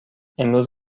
امروز